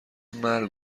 مرگ